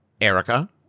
Erica